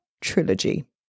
Trilogy